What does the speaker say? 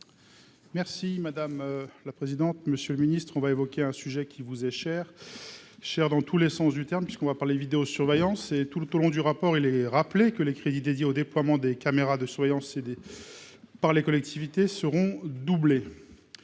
Merci madame la présidente, monsieur le ministre, on va évoquer un sujet qui vous est cher cher dans tous les sens du terme, puisqu'on va parler vidéo-surveillance et tout le taux long du rapport, il est rappelé que les crédits dédiés au déploiement des caméras de surveillance par les collectivités seront doublés